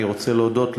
אני רוצה להודות לכולם.